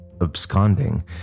absconding